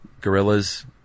gorillas